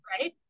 Right